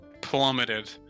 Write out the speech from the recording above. plummeted